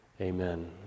Amen